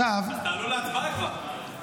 אז תעלו להצבעה כבר.